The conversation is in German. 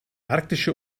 arktische